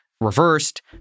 reversed